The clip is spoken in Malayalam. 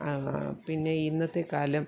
പിന്നെ ഇന്നത്തെ കാലം